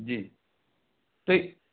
जी तो